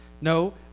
No